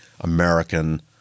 American